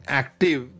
active